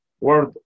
word